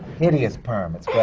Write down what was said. hideous perm, it's yeah